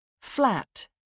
Flat